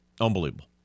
Unbelievable